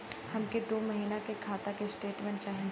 हमके दो महीना के खाता के स्टेटमेंट चाही?